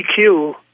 EQ